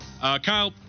Kyle